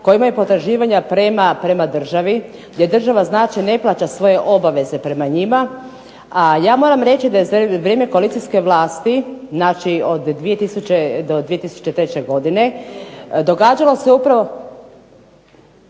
koje imaju potraživanja prema državi gdje država znači ne plaća svoje obaveze prema njima, a ja moram reći da je za vrijeme koalicijske vlasti, znači od 2000. do 2003. godine, događalo se upravo